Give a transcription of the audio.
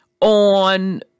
on